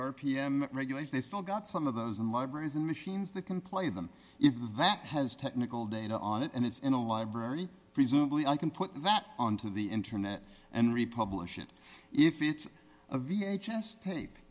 m regulation they still got some of those in libraries and machines that can play them if that has technical data on it and it's in a library presumably i can put that onto the internet and republished it if it's a v h s tape